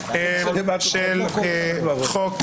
הסתייגויות של חוק